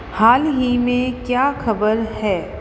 हाल ही में क्या खबर है